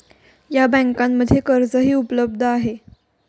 या बँकांमध्ये कर्जही उपलब्ध आहे